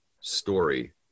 story